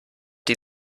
die